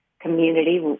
community